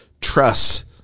trust